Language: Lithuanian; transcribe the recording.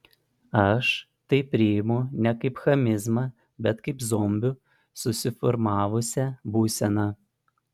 aš tai priimu ne kaip chamizmą bet kaip zombių susiformavusią būseną